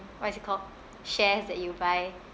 what is it called shares that you buy